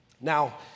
Now